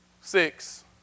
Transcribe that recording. six